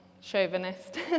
chauvinist